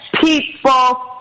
People